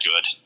good